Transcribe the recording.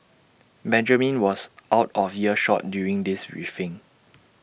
Benjamin was out of earshot during this briefing